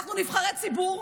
אנחנו נבחרי ציבור,